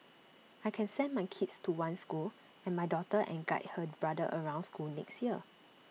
I can send my kids to one school and my daughter and guide her brother around school next year